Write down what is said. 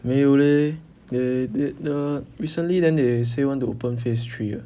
没有 leh they did the recently then they say want to open phase three eh